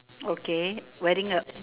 okay wearing a